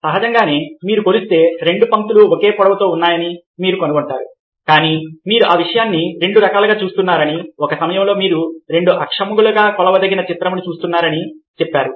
సహజంగానే మీరు కొలిస్తే రెండు పంక్తులు ఒకే పొడవుతో ఉన్నాయని మీరు కనుగొంటారు కానీ మీరు ఆ విషయాన్ని రెండు రకాలుగా చూస్తున్నారని ఒక సమయంలో మీరు రెండు అక్షములుగా కొలవదగిన చిత్రంని చూస్తున్నారని చెప్పారు